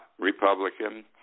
Republican